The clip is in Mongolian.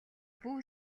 бүү